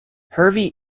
hervey